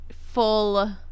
full